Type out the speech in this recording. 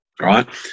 right